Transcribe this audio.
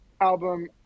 album